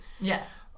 Yes